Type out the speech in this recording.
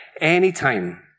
anytime